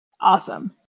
Awesome